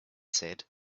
said